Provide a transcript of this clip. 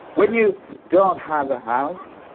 when you don't have a house,